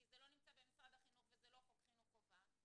כי זה לא נמצא במשרד החינוך וזה לא חוק חינוך חובה,